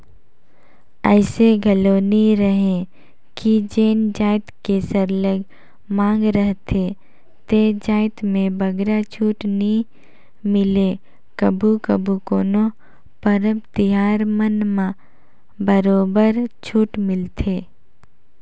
अइसे घलो नी रहें कि जेन जाएत के सरलग मांग रहथे ते जाएत में बगरा छूट नी मिले कभू कभू कोनो परब तिहार मन म बरोबर छूट मिलथे